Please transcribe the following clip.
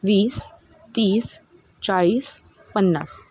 वीस तीस चाळीस पन्नास